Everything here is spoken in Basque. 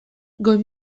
goi